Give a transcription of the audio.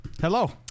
Hello